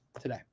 today